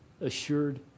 assured